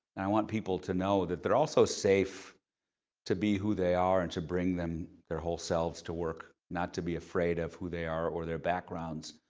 and i want people to know that they're also safe to be who they are and to bring their whole selves to work, not to be afraid of who they are or their backgrounds.